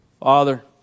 Father